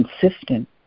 consistent